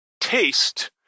taste